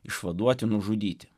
išvaduoti nužudyti